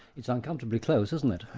it's uncomfortably close, isn't it?